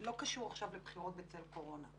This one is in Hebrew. לא קשור עכשיו לבחירות בצל קורונה,